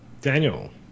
Daniel